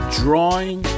drawing